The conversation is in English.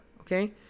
Okay